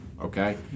Okay